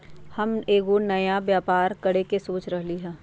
हम एगो नया व्यापर करके सोच रहलि ह